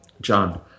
John